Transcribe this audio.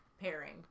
pairing